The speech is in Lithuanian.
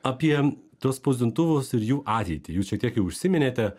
apie tuos spausdintuvus ir jų ateitį jūs šiek tiek jau užsiminėte